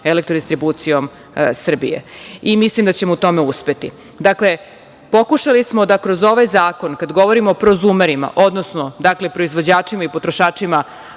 Elektrodistribucijom Srbije. Mislim da ćemo u tome uspeti. Dakle, pokušali smo da kroz ovaj zakon, kad govorimo o prozumerima, odnosno proizvođačima i potrošačima